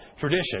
tradition